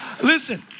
Listen